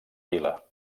vila